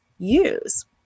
use